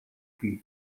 бий